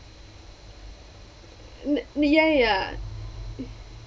mm ya ya ya